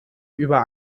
über